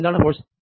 എന്താണ് ഫോഴ്സ് ം